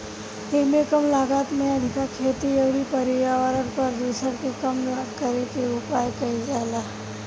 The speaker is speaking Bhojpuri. एइमे कम लागत में अधिका खेती अउरी पर्यावरण प्रदुषण के कम करे के उपाय कईल जाला